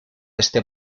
ese